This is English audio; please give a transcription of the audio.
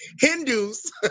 Hindus